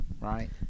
Right